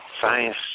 science